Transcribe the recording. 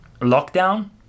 lockdown